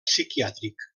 psiquiàtric